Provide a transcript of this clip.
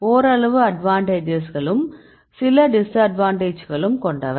ஓரளவு அட்வான்டேஜஸ்கள் சில டிஸ்அட்வான்டேஜஸ்கள் கொண்டவை